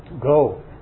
Go